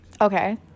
Okay